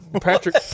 Patrick